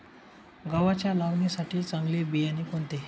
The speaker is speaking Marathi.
गव्हाच्या लावणीसाठी चांगले बियाणे कोणते?